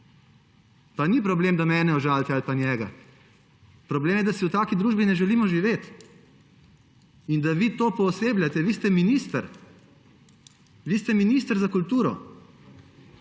Pa ni problem, da mene užalite ali pa njega. Problem je, da si v taki družbi ne želimo živeti in da vi to poosebljate. Vi ste minister. Vi ste minister za kulturo.